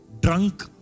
drunk